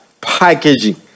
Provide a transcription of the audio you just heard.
packaging